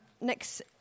next